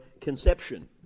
conception